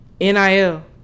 NIL